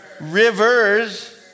Rivers